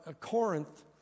Corinth